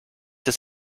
das